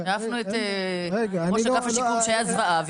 העפנו את ראש אגף השיקום שהיה זוועה,